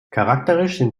charakteristisch